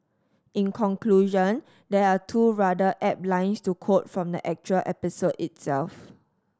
in conclusion there are two rather apt lines to quote from the actual episode itself